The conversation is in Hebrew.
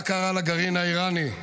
מה קרה לגרעין האיראני,